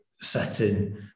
setting